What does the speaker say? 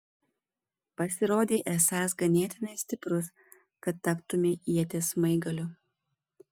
pasirodei esąs ganėtinai stiprus kad taptumei ieties smaigaliu